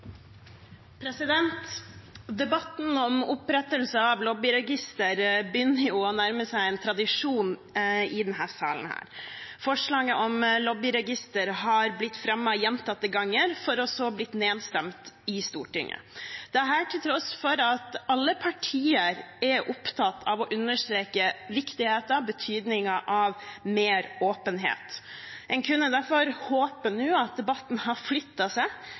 Debatten om opprettelse av lobbyregister begynner å nærme seg en tradisjon i denne sal. Forslaget om lobbyregister har blitt fremmet gjentatte ganger, for så å bli nedstemt i Stortinget. Dette til tross for at alle partier er opptatt av å understreke viktigheten og betydningen av mer åpenhet. En kunne derfor håpe at debatten nå hadde flyttet seg